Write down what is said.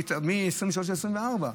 בין 2023 ל-2024.